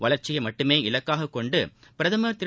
வளர்ச்சியை மட்டுமே இலக்காகக் கொண்டு பிரதமர் திரு